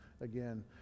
again